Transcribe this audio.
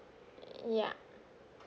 yup